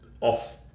off